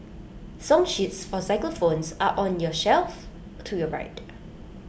song sheets for xylophones are on your shelf to your right